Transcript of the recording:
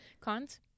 Cons